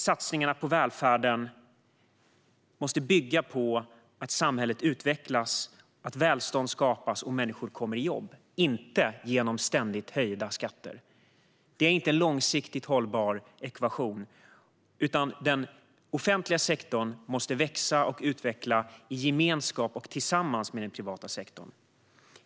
Satsningarna på välfärden måste bygga på att samhället utvecklas, att välstånd skapas och att människor kommer i jobb, inte genom ständigt höjda skatter. Det är inte en långsiktigt hållbar ekvation, utan den offentliga sektorn måste växa och utvecklas i gemenskap och tillsammans med den privata sektorn.